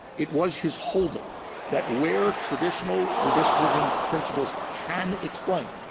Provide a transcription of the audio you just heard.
it was his holding that where traditional redistricting principles can explain,